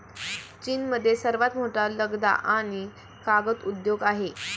चीनमध्ये सर्वात मोठा लगदा आणि कागद उद्योग आहे